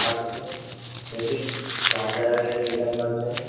రా కూర్చో ఏంటి క్లాస్ జరగట్లేదా ఈ టైంలో వచ్చావు